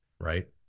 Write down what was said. Right